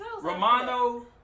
romano